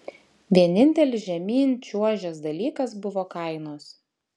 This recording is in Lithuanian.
vienintelis žemyn čiuožęs dalykas buvo kainos